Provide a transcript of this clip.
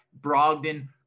Brogdon